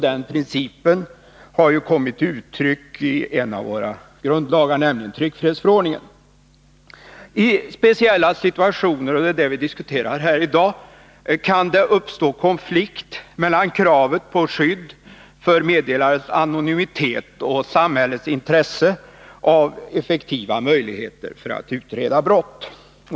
Den principen har kommit till uttryck i en av våra grundlagar, nämligen tryckfrihetsförordningen. I speciella situationer — det är det vi diskuterar här i dag — kan det uppstå konflikt mellan kravet på skydd för meddelares anonymitet och samhällets intresse av effektiva möjligheter att utreda brott.